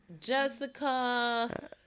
Jessica